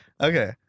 Okay